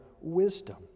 wisdom